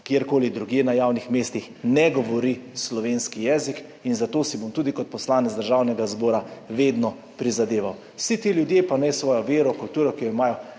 kjerkoli drugje na javnih mestih ne govori slovenskega jezika. Za to si bom tudi kot poslanec Državnega zbora vedno prizadeval. Vsi ti ljudje pa naj svojo vero, kulturo, ki jo imajo,